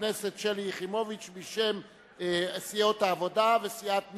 הכנסת שלי יחימוביץ בשם סיעת העבודה וסיעת מרצ.